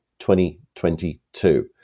2022